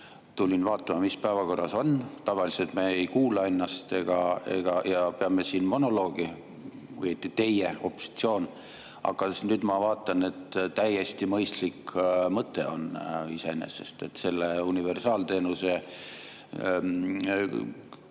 Tulin vaatama, mis päevakorras on. Tavaliselt me ei kuula ennast ja peame siin monoloogi, või õieti teie, opositsioon, aga nüüd ma vaatan, et täiesti mõistlik mõte on see iseenesest. Selle universaalteenuse